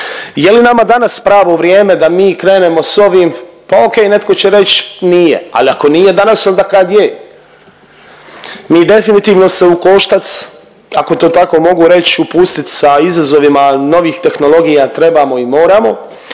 Je li nama danas pravo vrijeme da mi krenemo s ovim? Pa okej, netko će reć nije, ali ako nije danas onda kad je? Mi definitivno se u koštac ako to tako mogu reć upustit sa izazovima novih tehnologija trebamo i moramo,